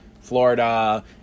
Florida